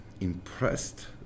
impressed